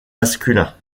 masculins